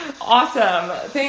Awesome